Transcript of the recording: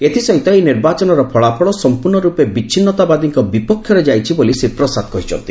ଏଥିସହିତ ଏହି ନିର୍ବାଚନର ଫଳାଫଳ ସମ୍ପୂର୍ଣ୍ଣ ରୂପେ ବିଚ୍ଛିନ୍ନତାବାଦୀଙ୍କ ବିପକ୍ଷରେ ଯାଇଛି ବୋଲି ଶ୍ରୀ ପ୍ରସାଦ କହିଛନ୍ତି